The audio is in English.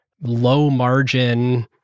low-margin